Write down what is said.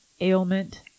ailment